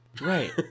Right